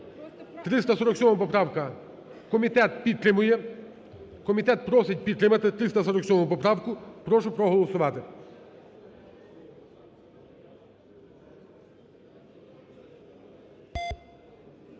підтримує, комітет просить підтримати 347 поправку, прошу проголосувати.